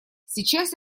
сейчас